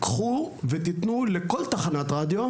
קחו ותתנו לכל תחנת רדיו,